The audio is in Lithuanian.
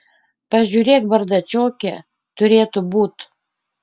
pažiūrėk bardačioke turėtų būt